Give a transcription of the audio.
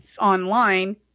online